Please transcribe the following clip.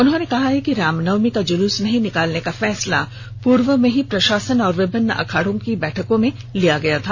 उन्होंने कहा है कि रामनवमी का जुलूस नहीं निकालने का फैसला पूर्व में ही प्रषासन और विभिन्न अखाड़ों की बैठकों में लिया गया था